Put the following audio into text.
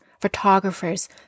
photographers